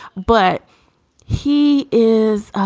but he is